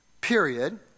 period